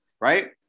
right